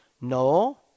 No